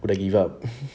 want to give up